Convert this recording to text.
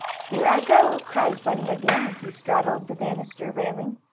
here i go! cried bunny again, as he straddled the banister railing.